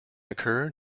occur